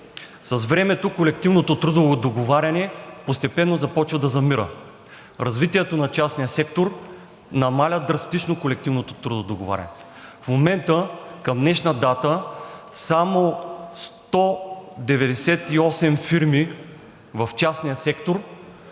с времето колективното трудово договаряне постепенно започва да замира. Развитието на частния сектор намалява драстично колективното трудово договаряне. В момента към днешна дата само 198 фирми в частния сектор